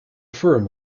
firm